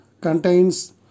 contains